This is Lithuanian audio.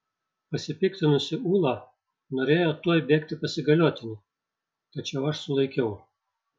pasipiktinusi ula norėjo tuoj bėgti pas įgaliotinį tačiau aš sulaikiau